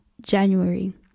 january